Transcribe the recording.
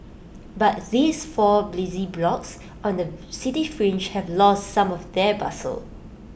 but these four busy blocks on the city fringe have lost some of their bustle